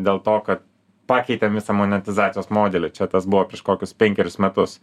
dėl to kad pakeitėm visą modernizacijos modelį čia tas buvo prieš kokius penkerius metus